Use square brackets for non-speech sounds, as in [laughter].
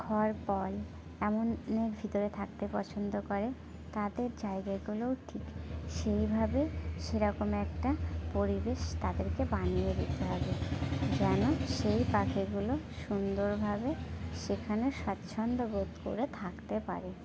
[unintelligible] এমনকি ভিতরে থাকতে পছন্দ করে তাদের জায়গাগুলোও ঠিক সেই ভাবেই সে রকম একটা পরিবেশ তাদেরকে বানিয়ে দিতে হবে যেন সেই পাখিগুলো সুন্দর ভাবে সেখানে স্বচ্ছন্দ্য বোধ করে থাকতে পারে